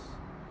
s~